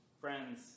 Friends